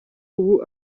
ubu